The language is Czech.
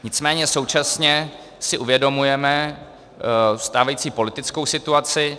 Nicméně současně si uvědomujeme stávající politickou situaci.